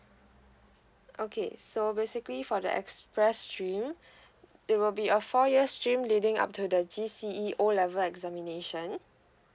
okay so basically for the express stream it will be a four year stream leading up to the G_C_E O level examination